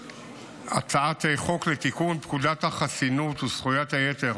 הצעת חוק לתיקון פקודת החסינויות וזכויות היתר